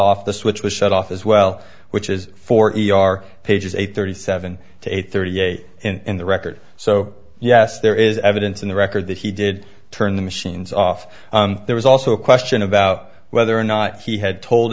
off the switch was shut off as well which is forty are pages eight thirty seven to eight thirty eight in the record so yes there is evidence in the record that he did turn the machines off there was also a question about whether or not he had told